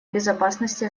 безопасности